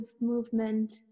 movement